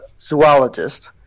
zoologist